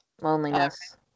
Loneliness